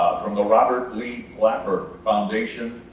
from the robert lee blaffer foundation,